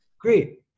Great